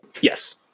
Yes